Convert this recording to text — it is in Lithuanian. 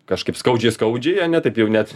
kažkaip skaudžiai skaudžiai ane taip jau net